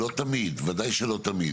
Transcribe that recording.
ודאי שלא תמיד,